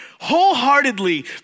wholeheartedly